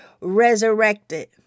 resurrected